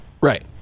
Right